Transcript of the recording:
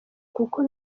kuko